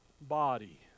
body